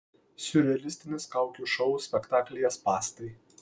siurrealistinis kaukių šou spektaklyje spąstai